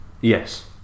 Yes